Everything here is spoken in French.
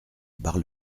bar